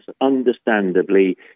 understandably